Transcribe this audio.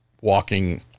walking